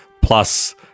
plus